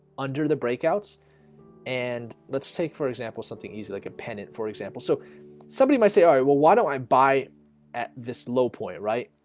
under the breakouts and let's take for example something easy like a pennant for example, so somebody might say alright well why don't i buy at this low point right?